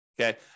Okay